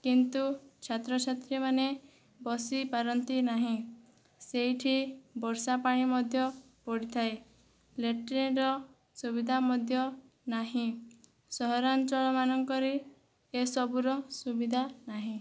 କିନ୍ତୁ ଛାତ୍ରଛାତ୍ରୀମାନେ ବସିପାରନ୍ତିନାହିଁ ସେଇଠି ବର୍ଷାପାଣି ମଧ୍ୟ ପଡ଼ିଥାଏ ଲାଟ୍ରିନ୍ର ସୁବିଧା ମଧ୍ୟ ନାହିଁ ସହରାଞ୍ଚଳ ମାନଙ୍କରେ ଏସବୁର ସୁବିଧା ନାହିଁ